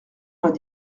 vingt